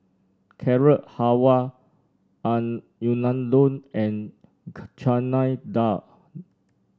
Carrot Halwa Unadon and Chana Dal